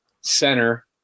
center